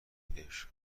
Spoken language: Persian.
عشق